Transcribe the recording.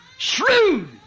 Shrewd